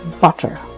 butter